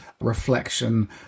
reflection